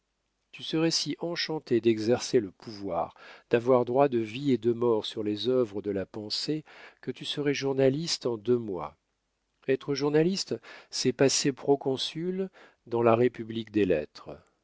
tu serais si enchanté d'exercer le pouvoir d'avoir droit de vie et de mort sur les œuvres de la pensée que tu serais journaliste en deux mois être journaliste c'est passer proconsul dans la république des lettres